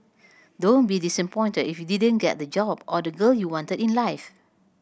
don't be disappointed if you didn't get the job or the girl you wanted in life